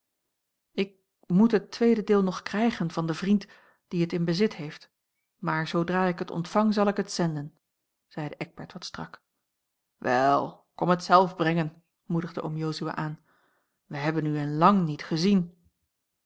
ik moet het tweede deel nog krijgen van den vriend die het in bezit heeft maar zoodra ik het ontvang zal ik het zenden zeide eckbert wat strak wel kom het zelf brengen moedigde oom jozua aan wij hebben u in lang niet gezien